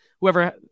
whoever